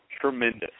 tremendous